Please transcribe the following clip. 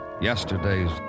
yesterday's